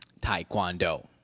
Taekwondo